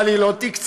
אבל לא תקצבה.